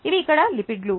ఇవి ఇక్కడ లిపిడ్లు